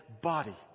body